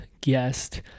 guest